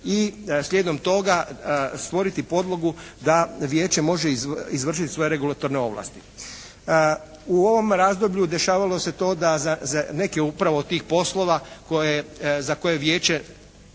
i slijedom toga stvoriti podlogu da vijeće može izvršiti svoje regulatorne ovlasti. U ovom razdoblju dešavalo se to da za neke upravo od tih poslova za koje vijeće